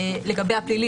לגבי הפלילי.